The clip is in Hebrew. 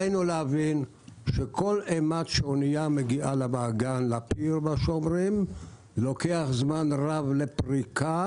עלינו להבין שכל אימת שאנייה מגיעה לפיר לוקח זמן רב לפריקה.